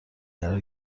قرار